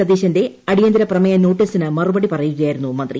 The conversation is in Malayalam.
സതീശന്റെ അടിയത്ത്രി പ്ര്യമേയ നോട്ടീസിന് മറുപടി പറയുകയായിരുന്നു മന്ത്രി